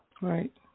Right